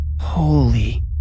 Holy